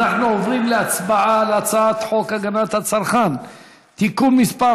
אנחנו עוברים להצבעה על הצעת חוק הגנת הצרכן (תיקון מס'